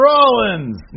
Rollins